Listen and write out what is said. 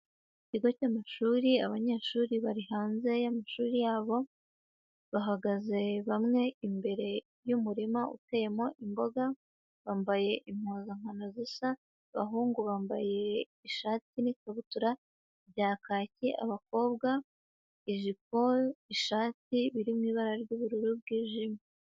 Ikigo cy'amashuri abanyeshuri bari hanze y'amashuri yabo, bahagaze bamwe imbere y'umurima uteyemo imboga. Bambaye impuzankano zisa, abahungu bambaye ishati n'ikabutura bya kaki, abakobwa ijipo, ishati biri mu ibara ry'ubururu bwijimye.